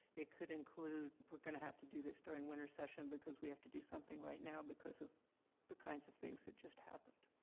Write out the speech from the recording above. it could include we are going to have to do this during winter session because we have to do something right now because of the kind of things that just happened.